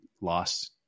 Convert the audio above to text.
lost